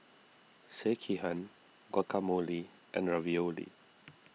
Sekihan Guacamole and Ravioli